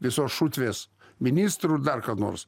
visos šutvės ministrų dar nors